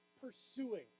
pursuing